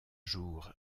jours